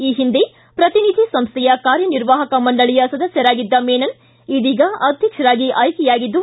ಈ ಹಿಂದೆ ಪ್ರತಿನಿಧಿ ಸಂಸ್ಥೆಯ ಕಾರ್ಯನಿರ್ವಾಹಕ ಮಂಡಳಿಯ ಸದಸ್ನರಾಗಿದ್ದ ಮೆನನ್ ಇದೀಗ ಅಧ್ಯಕ್ಷರಾಗಿ ಆಯ್ಕೆಯಾಗಿದ್ದು